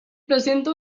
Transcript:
presenta